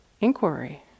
inquiry